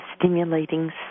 stimulating